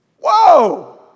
Whoa